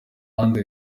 ahandi